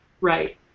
right